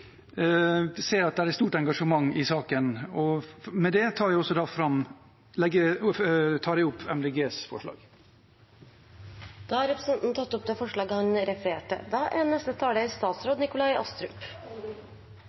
at det er stort engasjement i saken. Med dette tar jeg opp forslaget fra Miljøpartiet De Grønne. Representanten Per Espen Stoknes har tatt opp det forslaget han refererte til. Regjeringen er